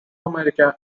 america